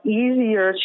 easier